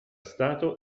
stato